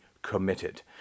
committed